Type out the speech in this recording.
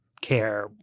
care